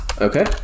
Okay